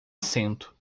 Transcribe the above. assento